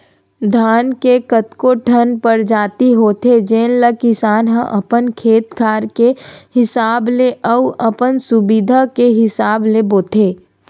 धान के कतको ठन परजाति होथे जेन ल किसान ह अपन खेत खार के हिसाब ले अउ अपन सुबिधा के हिसाब ले बोथे